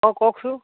অ' কওকচোন